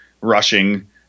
rushing